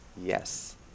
Yes